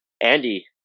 Andy